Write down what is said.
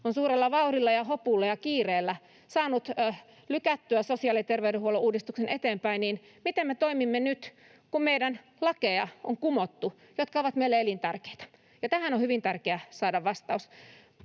suurella vauhdilla ja hopulla ja kiireellä — lykättyä sosiaali- ja terveydenhuollon uudistuksen eteenpäin, miten me toimimme nyt, kun on kumottu meidän lakeja, jotka ovat meille elintärkeitä. Tähän on hyvin tärkeää saada vastaus.